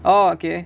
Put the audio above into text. oh okay